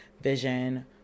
vision